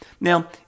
Now